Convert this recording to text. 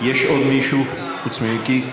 יש עוד מישהו חוץ ממיקי?